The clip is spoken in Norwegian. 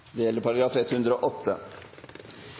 Det gjelder dagens paragraf